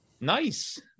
Nice